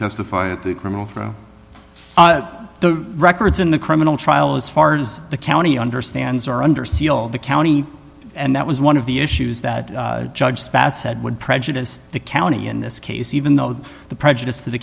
testified that the criminal from the records in the criminal trial as far as the county understands are under seal of the county and that was one of the issues that judge spats said would prejudice the county in this case even though the prejudice to the